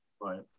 Right